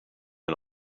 and